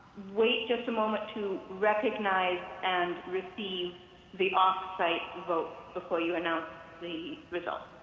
wait just a moment to recognize and receive the off site vote before you announce the results.